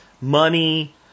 money